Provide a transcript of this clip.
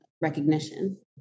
recognition